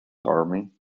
army